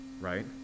right